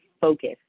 focus